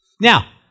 Now